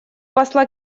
посла